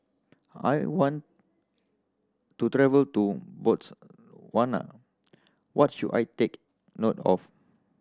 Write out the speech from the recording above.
I want to travel to Botswana what should I take note of